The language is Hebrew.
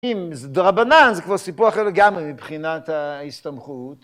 דרבנן זה כבר סיפור אחר לגמרי מבחינת ההסתמכות.